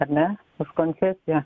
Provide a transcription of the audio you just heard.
ar ne už koncesiją